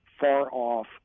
far-off